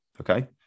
Okay